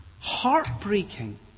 heartbreaking